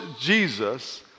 Jesus